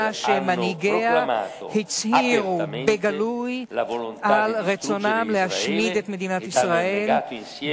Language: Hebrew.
שמנהיגיה הצהירו בגלוי על רצונם להשמיד את מדינת ישראל,